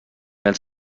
els